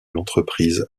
l’entreprise